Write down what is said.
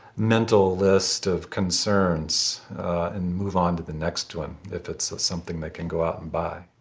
mental list of concerns and move on to the next one if it's so something they can go out and buy.